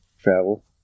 travel